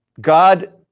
God